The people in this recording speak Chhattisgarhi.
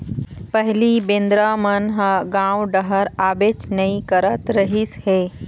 पहिली बेंदरा मन ह गाँव डहर आबेच नइ करत रहिस हे